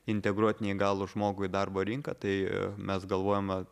integruoti neįgalų žmogų į darbo rinką tai mes galvojame